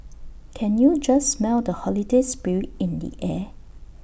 can you just smell the holiday spirit in the air